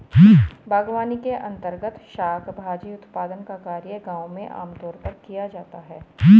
बागवानी के अंर्तगत शाक भाजी उत्पादन का कार्य गांव में आमतौर पर किया जाता है